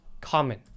common